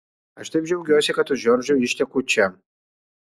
aš taip džiaugiuosi kad už džordžo išteku čia